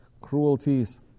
cruelties